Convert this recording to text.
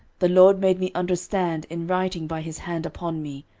the lord made me understand in writing by his hand upon me,